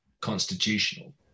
constitutional